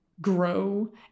grow